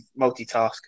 multitask